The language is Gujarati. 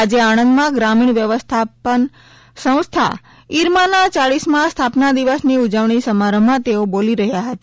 આજે આંણદમા ગ્રામીણ વ્યવસ્થાપન સંસ્થા ઇરમાના યાલીસમા સ્થાપના દિવસની ઉજવણી સમારોહમા તેઓ બોલી રહ્યા હતા